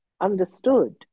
understood